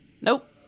Nope